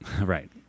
Right